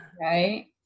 Right